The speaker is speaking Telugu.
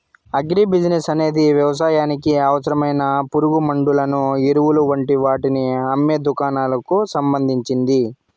అగ్రి బిసినెస్ అనేది వ్యవసాయానికి అవసరమైన పురుగుమండులను, ఎరువులు వంటి వాటిని అమ్మే దుకాణాలకు సంబంధించింది